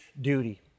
duty